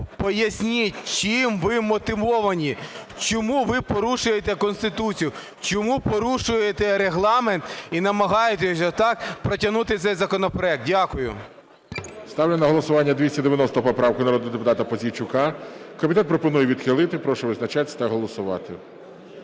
Поясніть, чим ви вмотивовані? Чому ви порушуєте Конституцію, чому порушуєте Регламент і намагаєтесь так протягнути цей законопроект? Дякую. ГОЛОВУЮЧИЙ. Ставлю на голосування 290 поправку, народного депутата Пузійчука. Комітет пропонує відхилити. Прошу визначатись та голосувати.